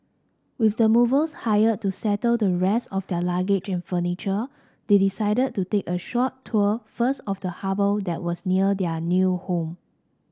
with the movers hired to settle the rest of their luggage and furniture they decided to take a short tour first of the harbour that was near their new home